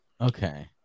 Okay